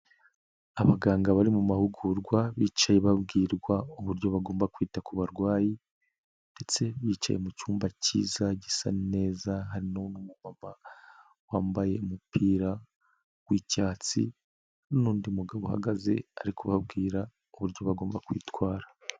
Abaganga bari mu mahugurwa, bicaye babwirwa uburyo bagomba kwita ku barwayi ndetse bicaye mu cyumba cyiza gisa neza, harimo umupapa wambaye umupira w'icyatsi, n'undi mugabo uhagaze ari kubabwira uburyo bagomba kwitwara.